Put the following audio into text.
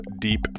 Deep